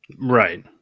Right